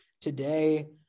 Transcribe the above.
today